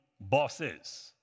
bosses